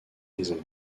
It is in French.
maisons